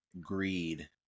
greed